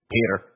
Peter